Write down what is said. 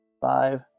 five